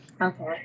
Okay